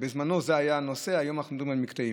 בזמנו זה היה הנושא, היום אנחנו מדברים על מקטעים.